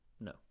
No